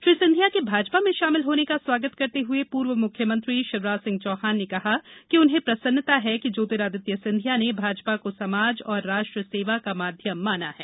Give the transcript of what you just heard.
श्री सिंधिया के भाजपा में शामिल होने का स्वागत करते पूर्व मुख्यमंत्री शिवराज सिंह चौहान ने कहा कि उन्हें प्रसन्नता है कि ज्योतिरादित्य सिंधिया ने भाजपा को समाज और राष्ट्र सेवा का माध्यम माना है